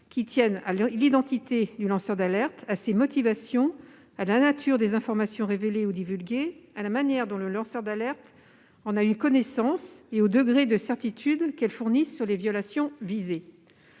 relatives à l'identité du lanceur d'alerte, à ses motivations, à la nature des informations révélées ou divulguées, à la manière dont le lanceur d'alerte en a eu connaissance et au degré de certitude que ces informations fournissent sur les violations visées.